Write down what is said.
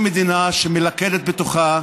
זו מדינה שמלכדת בתוכה